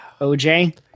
OJ